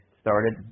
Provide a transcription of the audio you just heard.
started